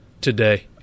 today